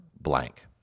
blank